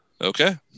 Okay